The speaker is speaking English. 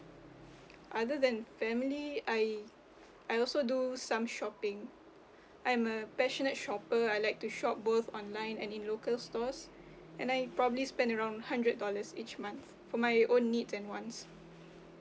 other than family I I also do some shopping I'm a passionate shopper I like to shop both online and in local stores and I probably spend around hundred dollars each month for my own needs and wants